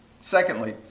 Secondly